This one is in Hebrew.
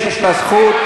יש לה זכות.